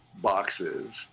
boxes